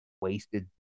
wasted